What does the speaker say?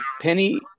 Penny